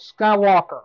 Skywalker